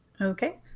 Okay